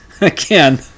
Again